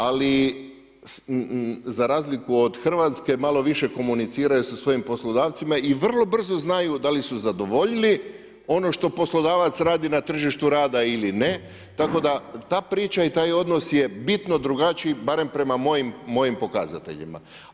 Ali za razliku od Hrvatske malo više komuniciraju sa svojim poslodavcima i vrlo brzo znaju da li su zadovoljili ono što poslodavac radi na tržištu rada ili ne tako da ta priča i taj odnos je bitno drugačiji, barem prema mojim, mojim pokazateljima.